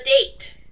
Date